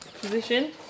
Position